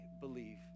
believe